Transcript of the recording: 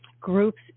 groups